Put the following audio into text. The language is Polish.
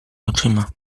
oczyma